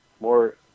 more